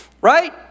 Right